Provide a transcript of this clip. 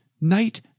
night